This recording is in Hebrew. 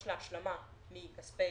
יש לה השלמה מכספי